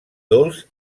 dolç